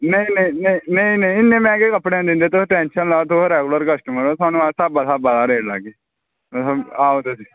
नेईं नेईं इन्ने मैहंगे कपड़े निं दिंदे तुस रैगुलर कस्टमर ओ थाह्नू अस स्हाबै स्हाबै दा गै रेट लागे आओ ते स्हेई